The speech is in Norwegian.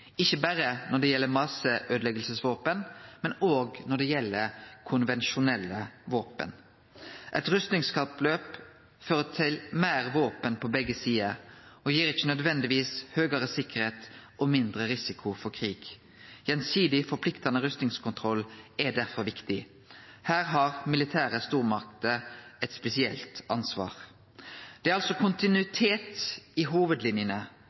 ikkje berre når det gjeld masseøydeleggingsvåpen, men òg når det gjeld konvensjonelle våpen. Eit rustingskappløp fører til meir våpen på begge sider og gir ikkje nødvendigvis større sikkerheit og mindre risiko for krig. Gjensidig forpliktande rustingskontroll er derfor viktig. Her har militære stormakter eit særleg ansvar. Det er altså kontinuitet i hovudlinjene,